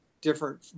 different